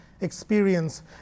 experience